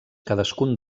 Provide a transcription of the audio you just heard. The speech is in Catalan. cadascun